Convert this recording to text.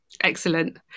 Excellent